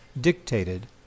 dictated